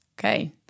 Okay